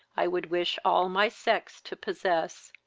i would wish all my sex to possess.